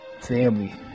family